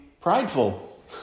prideful